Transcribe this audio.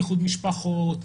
איחוד משפחות,